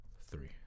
three